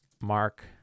Mark